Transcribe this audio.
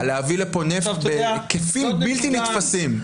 על להביא לפה נפט בהיקפים בלתי נתפסים.